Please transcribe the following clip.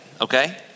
Okay